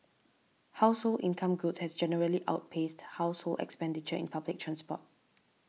household income growth has generally outpaced household expenditure in public transport